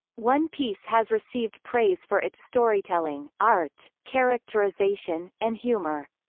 one piece has received praise for its storytelling, art, characterization, and humor.